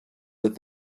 with